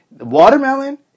watermelon